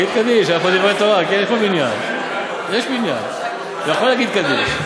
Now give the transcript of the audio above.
יש מניין, אתה יכול להגיד קדיש.